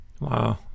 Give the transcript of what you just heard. wow